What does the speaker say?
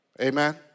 amen